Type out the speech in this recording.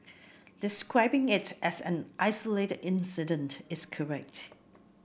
describing it as an isolated incident is correct